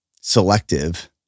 selective